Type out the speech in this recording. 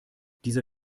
dieser